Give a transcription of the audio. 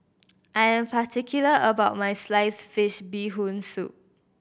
I am particular about my sliced fish Bee Hoon Soup